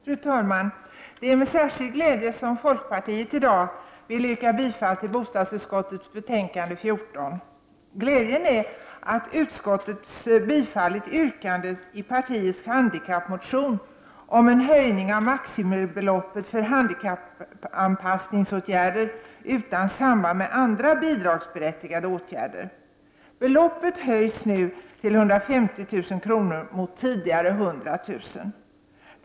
Fru talman! Det är med särskild glädje folkpartiet i dag vill yrka bifall till bostadsutskottets hemställan i betänkande 14. Glädjen är att utskottet tillstyrkt yrkandet i partiets handikappmotion om en höjning av maximibeloppet för handikappanpassningsåtgärder utan samband med andra bidragsberättigade åtgärder. Beloppet höjs nu till 150 000 kr. mot tidigare 100 000 kr.